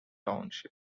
township